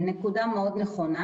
נקודה מאוד נכונה